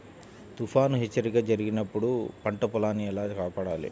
తుఫాను హెచ్చరిక జరిపినప్పుడు పంట పొలాన్ని ఎలా కాపాడాలి?